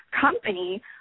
company